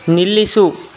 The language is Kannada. ನಿಲ್ಲಿಸು